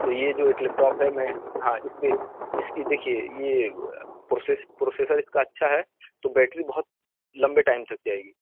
تو یہ جو ایک لیپ ٹاپ ہے میں ہاں اس پہ اس کی دیکھیے یہ پروسیس پروسیسر اس کا اچھا ہے تو بیٹری بہت لمبے ٹائم تک جائے گی